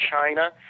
China